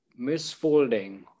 misfolding